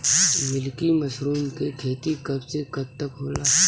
Milky mushroom के खेती कब से कब तक होला?